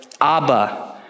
Abba